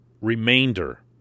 remainder